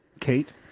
Kate